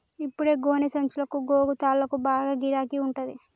ఇప్పుడు గోనె సంచులకు, గోగు తాళ్లకు బాగా గిరాకి ఉంటంది